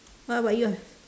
how about yours